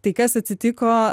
tai kas atsitiko